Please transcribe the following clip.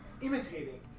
imitating